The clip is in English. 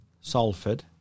Salford